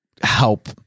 help